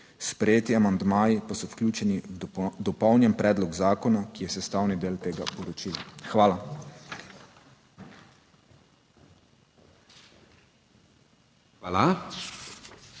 Sprejeti amandmaji pa so vključeni v dopolnjen predlog zakona, ki je sestavni del tega poročila. Hvala.